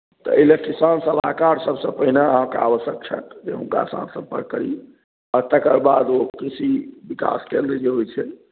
तऽ एहि लेल किसान सलाहकार सभसँ पहिने अहाँकेँ आवश्यक छथि जे हुनकासँ अहाँ सम्पर्क करी आ तकर बाद ओ कृषि विकास केन्द्र जे होइत छै